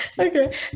Okay